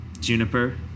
Juniper